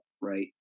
right